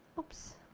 oops.